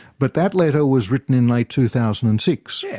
but that letter was written in late two thousand and six.